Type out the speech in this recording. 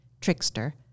trickster